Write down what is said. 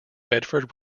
bedford